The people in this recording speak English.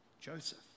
Joseph